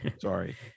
sorry